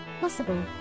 possible